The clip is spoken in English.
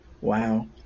wow